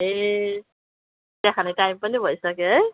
ए चिया खाने टाइम पनि भइसक्यो है